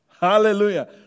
Hallelujah